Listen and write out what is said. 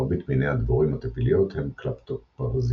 מרבית מיני הדבורים הטפיליות הם קלפטופרזיטיים.